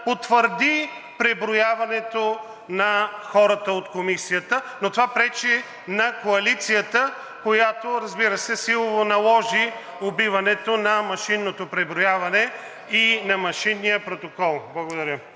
потвърди преброяването на хората от комисията, но това пречи на коалицията, която, разбира се, силово наложи убиването на машинното преброяване и на машинния протокол. Благодаря